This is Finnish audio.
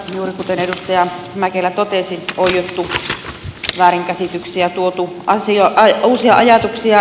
juuri kuten edustaja mäkelä totesi on oiottu väärinkäsityksiä tuotu uusia ajatuksia esiin